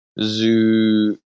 zoo